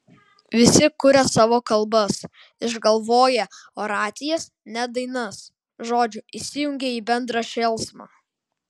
visi kuria savo kalbas išgalvoję oracijas net dainas žodžiu įsijungia į bendrą šėlsmą